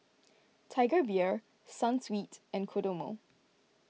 Tiger Beer Sunsweet and Kodomo